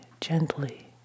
gently